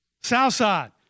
Southside